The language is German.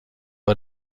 bei